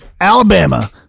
Alabama